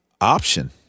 option